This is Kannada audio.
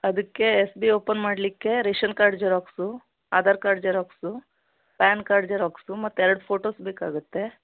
ಅದಕ್ಕೆ ಎಸ್ ಬಿ ಓಪನ್ ಮಾಡಲಿಕ್ಕೆ ration card xerox Aadhaar card xerox PAN card xerox ಮತ್ತು ಎರಡು ಫೋಟೋಸ್ ಬೇಕಾಗುತ್ತೆ